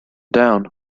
down